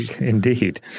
Indeed